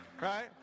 right